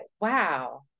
wow